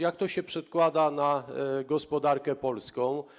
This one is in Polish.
Jak to się przekłada na gospodarkę polską?